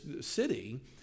city